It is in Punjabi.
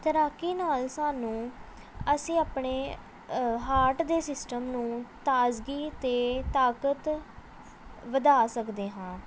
ਤੈਰਾਕੀ ਨਾਲ ਸਾਨੂੰ ਅਸੀਂ ਆਪਣੇ ਹਾਰਟ ਦੇ ਸਿਸਟਮ ਨੂੰ ਤਾਜ਼ਗੀ ਅਤੇ ਤਾਕਤ ਵਧਾ ਸਕਦੇ ਹਾਂ